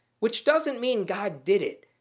which doesn't mean god did it.